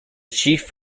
chief